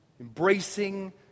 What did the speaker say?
Embracing